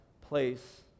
place